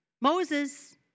Moses